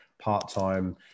part-time